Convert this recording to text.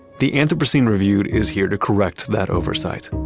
the anthropocene reviewed is here to correct that oversight.